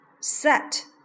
set